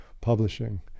publishing